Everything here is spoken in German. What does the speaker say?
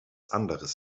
anderes